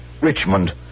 Richmond